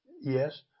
yes